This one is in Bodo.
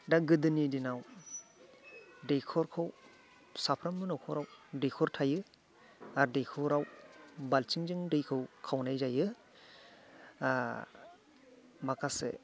दा गोदोनि दिनाव दैखरखौ साफ्रोमबो नखराव दैखर थायो आरो दैखराव बाल्थिंजों दैखौ खावनाय जायो माखासे